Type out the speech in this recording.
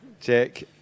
Jack